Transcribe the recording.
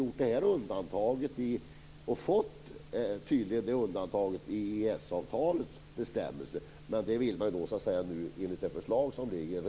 Norge har tydligen fått det här undantaget i EES-avtalets bestämmelser, men det vill man nu riva upp enligt det förslag som ligger.